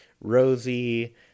Rosie